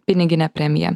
piniginę premiją